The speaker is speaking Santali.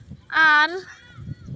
ᱟᱨ